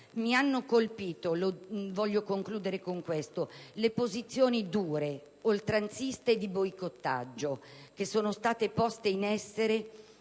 Mi hanno colpito - voglio concludere con questo - le posizioni dure, oltranziste e di boicottaggio che sono state poste in essere